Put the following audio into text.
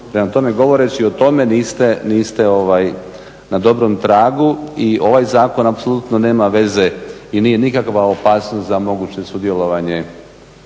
Prema tome, govoreći o tome niste na dobrom tragu. I ovaj zakon apsolutno nema veze i nije nikakva opasnost za moguće sudjelovanje